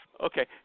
okay